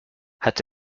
hat